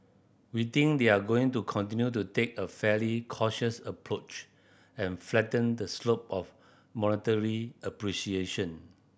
we think they're going to continue to take a fairly cautious approach and flatten the slope of monetary appreciation